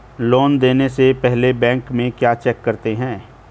Loan देने से पहले बैंक में क्या चेक करते हैं?